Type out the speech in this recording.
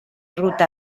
ruta